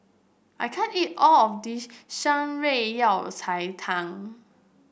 I can't eat all of this Shan Rui Yao Cai Tang